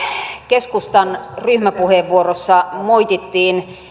keskustan ryhmäpuheenvuorossa moitittiin